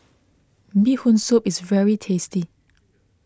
Bee Hoon Soup is very tasty